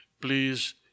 Please